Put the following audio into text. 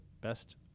best